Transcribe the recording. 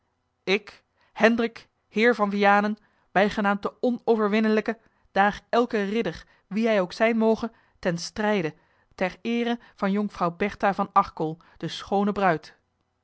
ik hendrik heer van vianen bijgenaamd de onoverwinnelijke daag elken ridder wie hij ook zijn moge ten strijde ter eere van jonkvrouw bertha van arkel de schoone bruid